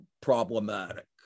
problematic